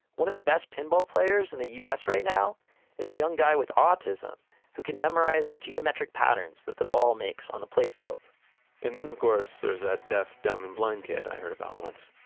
one of the best pinball players in the us right now is a young guy with autism who can memorize the geometric patterns that the ball makes on the playfield and then, of course, there's that deaf, dumb and blind kid i heard about once.